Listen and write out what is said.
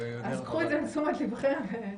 קחו את זה לתשומת לבכם.